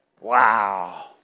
Wow